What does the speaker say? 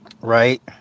right